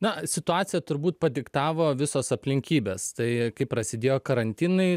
na situaciją turbūt padiktavo visos aplinkybės tai kaip prasidėjo karantinai